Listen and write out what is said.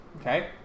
okay